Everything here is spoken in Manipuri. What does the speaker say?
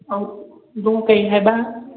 ꯑꯧ ꯏꯕꯨꯡꯉꯣ ꯀꯩ ꯍꯥꯏꯕ